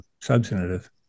substantive